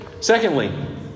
Secondly